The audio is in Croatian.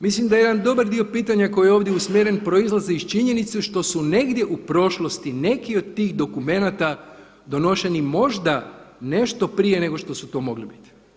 Mislim da jedan dobar dio pitanja koji je ovdje usmjeren proizlazi iz činjenice što su negdje u prošlosti neki od tih dokumenata donošeni možda nešto proje nego što su to mogli biti.